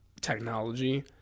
technology